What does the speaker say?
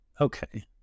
okay